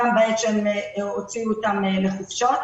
גם בעת שהם הוציאו אותם לחופשות.